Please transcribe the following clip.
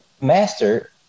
Master